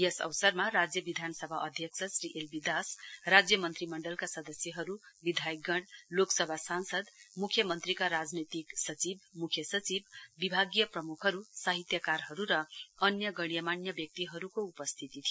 यस अवसरमा राज्यविधान सभा अध्यक्ष श्री एलबी दास राज्यमन्त्रीमण्डलका सदस्यहरू विधायकगण लोकसभा सांसद मुख्य मन्त्रीका राजनैतिक सचिव मुख्य सचिव विभागीय प्रमुखहरू साहित्यकारहरू र अन्य गण्यमान्य व्यक्तिहरू उपस्थिती थियो